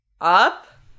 Up